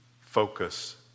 focus